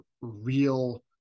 real